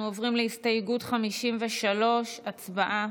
אנחנו עוברים להסתייגות מס' 53. הצבעה.